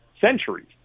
centuries